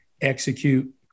execute